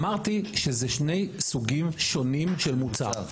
אמרתי שזה שני סוגים שונים של מוצר.